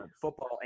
football